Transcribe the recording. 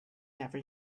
never